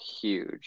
huge